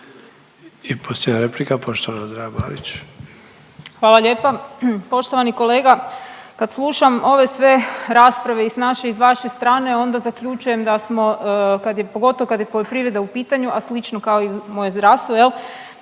I posljednja replika, poštovana Andreja Marić. **Marić, Andreja (SDP)** Hvala lijepa. Poštovani kolega, kad slušam ove sve rasprave i s naše i s vaše strane onda zaključujem da smo kad je, pogotovo kad je poljoprivreda u pitanju, a slično kao i moje zdravstvo jel,